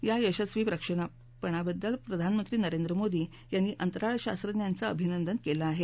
या यशस्वी प्रक्षेपणाबद्दल प्रधानमंत्री नरेंद्र मोदी यांनी अंतराळ शास्वज्ञांचं अभिनंदन केलं आहे